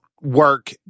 work